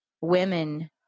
women